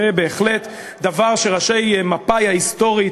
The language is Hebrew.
זה בהחלט דבר שראשי מפא"י ההיסטורית,